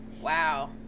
Wow